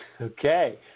Okay